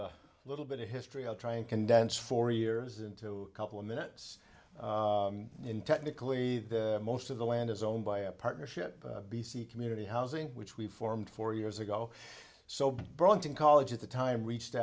a little bit of history i'll try and condense four years into a couple of minutes in technically the most of the land is owned by a partnership b c community housing which we formed four years ago so brought in college at the time reached